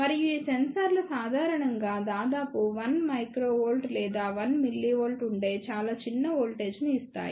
మరియు ఈ సెన్సార్లు సాధారణంగా దాదాపు 1 uV లేదా 1 mV ఉండే చాలా చిన్న వోల్టేజ్ను ఇస్తాయి